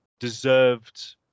deserved